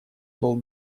был